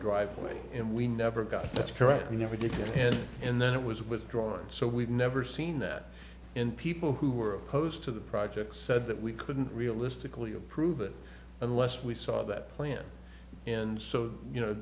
driveway and we never got it that's correct we never did and then it was withdrawn so we've never seen that in people who were opposed to the projects said that we couldn't realistically approve it unless we saw that plan and so you know